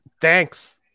Thanks